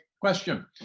question